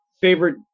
favorite